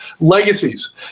legacies